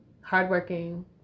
Hardworking